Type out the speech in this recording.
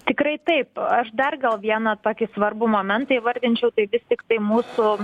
tikrai taip aš dar gal vieną tokį svarbų momentą įvardinčiau tai vis tiktai mūsų